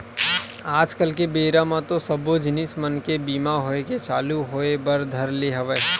आज कल के बेरा म तो सबे जिनिस मन के बीमा होय के चालू होय बर धर ले हवय